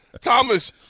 Thomas